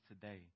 today